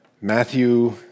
Matthew